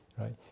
right